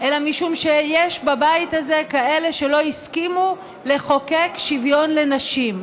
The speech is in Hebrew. אלא משום שיש בבית הזה כאלה שלא הסכימו לחוקק שוויון לנשים.